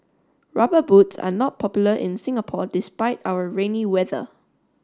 rubber boots are not popular in Singapore despite our rainy weather